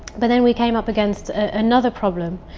but then we came up against another problem.